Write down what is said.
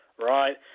right